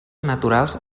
naturals